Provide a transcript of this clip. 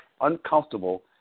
uncomfortable